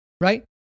Right